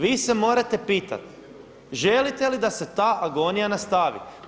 Vi se morate pitati želite li da se ta agonija nastavi?